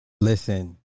Listen